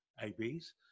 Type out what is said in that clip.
ABs